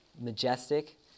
majestic